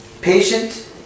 patient